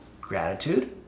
gratitude